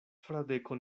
fradeko